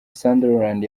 sunderland